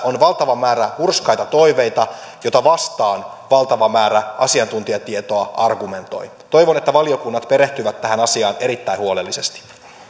on valtava määrä hurskaita toiveita joita vastaan valtava määrä asiantuntijatietoa argumentoi toivon että valiokunnat perehtyvät tähän asiaan erittäin huolellisesti